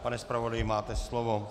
Pane zpravodaji, máte slovo.